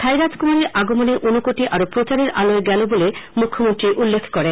থাই রাজকুমারীর আগমনে ঊনকোটি আরও প্রচারের আলোয় গেল বলে মুখ্যমন্ত্রী উল্লেখ করেন